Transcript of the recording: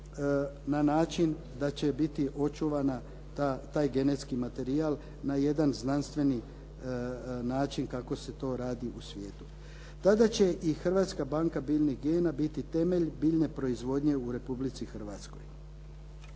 na način da će biti očuvana taj genetski materijal na jedan znanstveni način kako se to radi u svijetu. Tada će i hrvatska banka biljnih gena biti temelj biljne proizvodnje u Republici Hrvatskoj.